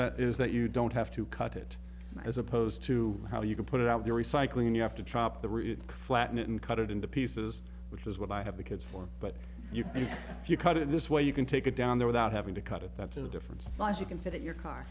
that is that you don't have to cut it as opposed to how you can put it out there recycling you have to chop the rig flatten it and cut it into pieces which is what i have the kids for but if you cut it this way you can take it down there without having to cut it that's in a different size you can fit your car